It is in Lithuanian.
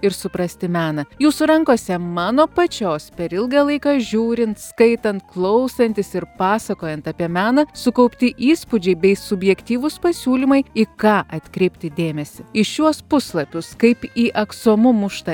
ir suprasti meną jūsų rankose mano pačios per ilgą laiką žiūrint skaitant klausantis ir pasakojant apie meną sukaupti įspūdžiai bei subjektyvūs pasiūlymai į ką atkreipti dėmesį į šiuos puslapius kaip į aksomu muštą